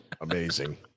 Amazing